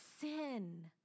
sin